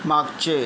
मागचे